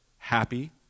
Happy